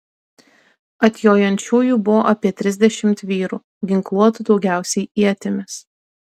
atjojančiųjų buvo apie trisdešimt vyrų ginkluotų daugiausiai ietimis